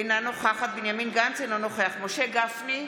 אינה נוכחת בנימין גנץ, אינו נוכח משה גפני,